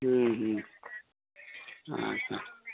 ᱟᱪᱪᱷᱟ